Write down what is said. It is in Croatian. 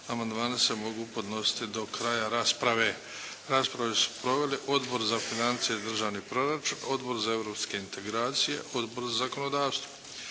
Amandmani se mogu podnositi do kraja rasprave. Raspravu su proveli Odbor za financije i državni proračun, Odbor za europske integracije, Odbor za zakonodavstvo.